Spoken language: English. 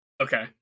Okay